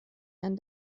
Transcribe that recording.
and